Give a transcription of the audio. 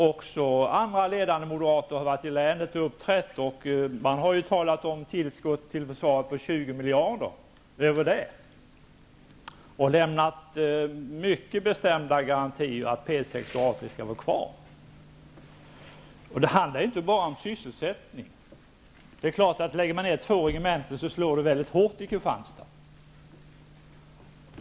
Också andra ledande moderater har varit i länet och uppträtt; man har talat om tillskott till försvaret på mer än 20 miljarder och lämnat mycket bestämda garantier för att P 6 och A 3 skall vara kvar. Det handlar inte bara om sysselsättning. Det är klart att lägger man ned två regementen slår det väldigt hårt i Kristianstad.